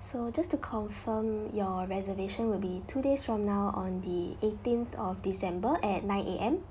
so just to confirm your reservation will be two days from now on the eighteenth of december at nine A_M